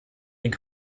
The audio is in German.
den